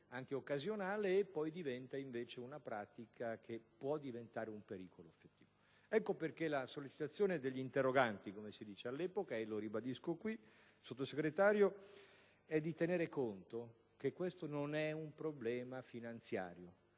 anche occasionale, e poi diventa una pratica che può costituire un pericolo effettivo. Ecco perché la sollecitazione degli interroganti all'epoca - e lo ribadisco qui, Sottosegretario - è di tenere conto che questo non è un problema finanziario: